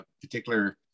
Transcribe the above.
particular